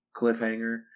cliffhanger